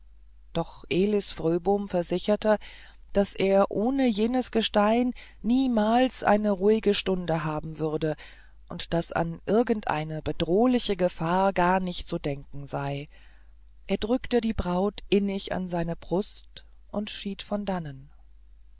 doch elis fröbom versicherte daß er ohne jenes gestein niemals eine ruhige stunde haben würde und daß an irgendeine bedrohliche gefahr gar nicht zu denken sei er drückte die braut innig an seine brust und schied von dannen